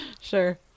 Sure